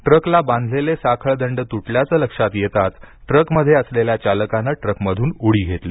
ट्रकला बांधलेले साखळदंड तुटल्याचं लक्षात येताच ट्रकमध्ये असलेल्या चालकानं ट्रकमधून उडी घेतली